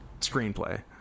screenplay